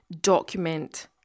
document